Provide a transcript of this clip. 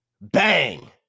Bang